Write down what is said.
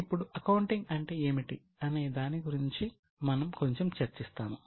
ఇప్పుడు అకౌంటింగ్ అంటే ఏమిటి అనే దాని గురించి మనం కొంచెం చర్చిస్తాము